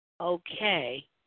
Okay